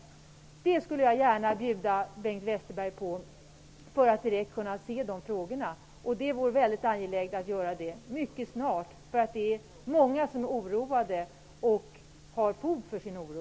En sådan rundtur skulle jag gärna bjuda Bengt Westerberg på, för att han direkt skulle kunna se de problem som finns. Det vore också angeläget att göra det mycket snart. Det är nämligen många som är oroade och har fog för sin oro.